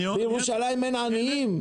בירושלים אין עניים?